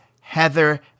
Heather